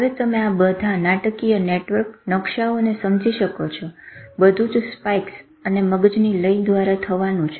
હવે તમે આ બધા નાટકીય નેટવર્ક નકશાઓ ને સમજી શકો છો બધુજ સ્પાઈક્સ અને મગજની લય દ્વારા થવાનું છે